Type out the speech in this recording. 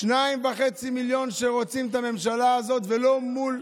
שניים וחצי מיליון שרוצים את הממשלה הזאת ולא מול,